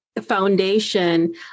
foundation